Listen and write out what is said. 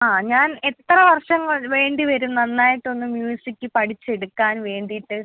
ആ ഞാൻ എത്ര വർഷം വേണ്ടി വരും നന്നായിട്ടൊന്ന് മ്യൂസിക്ക് പഠിച്ചെടുക്കാൻ വേണ്ടിയിട്ട്